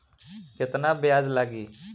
केतना ब्याज लागी?